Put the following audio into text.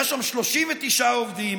יש שם 39 עובדים